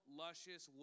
luscious